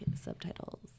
subtitles